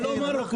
הוא לא מרוקאי.